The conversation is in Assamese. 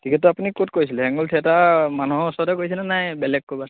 টিকেটটো আপুনি ক'ত কৰিছিলে হেঙুল থিয়েটাৰ মানুহৰ ওচৰতে কৰিছেনে নাই বেলেগ কবাত